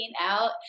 out